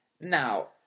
Now